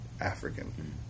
African